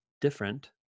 different